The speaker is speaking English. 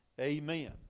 Amen